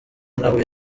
nahuye